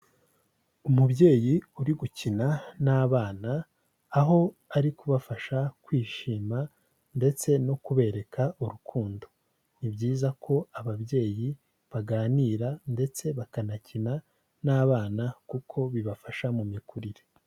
Umubyeyi uri gukina n'abana, aho ari kubafasha kwishima ndetse no kubereka urukundo. Ni byiza ko ababyeyi baganira ndetse bakanakina n'abana kuko bibafasha mu mikurire.